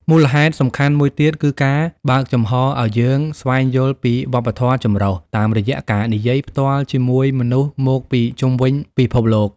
មូលហេតុសំខាន់មួយទៀតគឺការបើកចំហរឱ្យយើងស្វែងយល់ពីវប្បធម៌ចម្រុះតាមរយៈការនិយាយផ្ទាល់ជាមួយមនុស្សមកពីជុំវិញពិភពលោក។